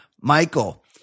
Michael